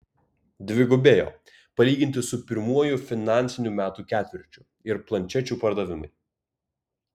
dvigubėjo palyginti su pirmuoju finansinių metų ketvirčiu ir planšečių pardavimai